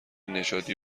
نژادی